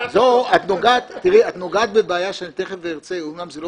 את נוגעת בבעיה שאני תכף ארצה אומנם זה לא